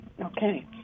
Okay